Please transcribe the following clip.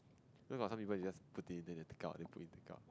you know got some people they just put in then take out then put in take out